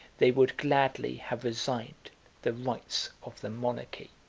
they would gladly have resigned the rights of the monarchy.